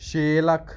ਛੇ ਲੱਖ